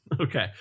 okay